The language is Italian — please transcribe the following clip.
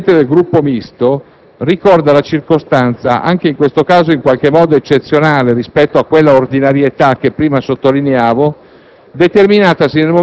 Questi, Presidente del Gruppo Misto, ricorda la circostanza (anche in questo caso in qualche modo eccezionale, rispetto a quella ordinarietà che prima sottolineavo)